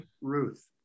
Ruth